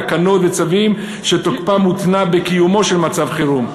תקנות וצווים שתוקפם הותנה בקיומו של מצב חירום.